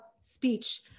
speech